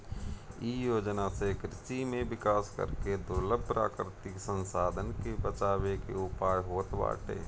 इ योजना से कृषि में विकास करके दुर्लभ प्राकृतिक संसाधन के बचावे के उयाय होत बाटे